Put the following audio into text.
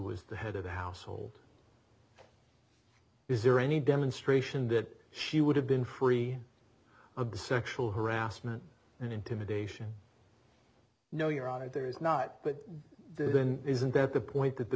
was the head of the household is there any demonstration that she would have been free of the sexual harassment and intimidation no you're out of there is not but then isn't that the point that the